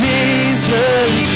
Jesus